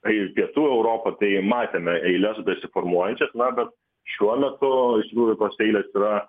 tai į pietų europą tai matėme eiles besiformuojančias na bet šiuo metu iš tikrųjų tos eilės yra